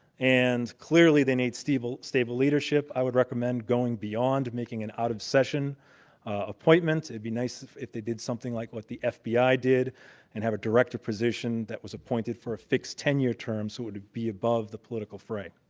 and clearly, they need stable stable leadership. i would recommend going beyond making an out-of-session appointment. it would be nice if if they did something like what the fbi did and have a director position that was appointed for a fixed ten year term, so it would be above the political fray.